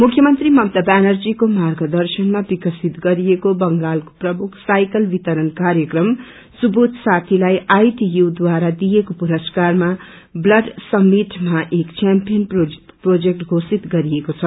मुख्यमंत्री ममता व्यानर्जीको मार्गदर्शनमा विक्रसित गरिएको बंगालको प्रमुख साइकल वितरण कार्यक्रम सबुज साथीलाई आईटियू बारा दिएको पुरस्कारमा वर्ल्ड समिटमा एक चेम्पियन प्रोजेक्अ वेषित गरिएको छ